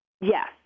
Yes